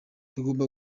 tugomba